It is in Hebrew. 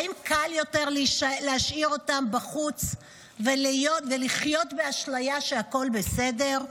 האם קל יותר להשאיר אותם בחוץ ולחיות באשליה שהכול בסדר?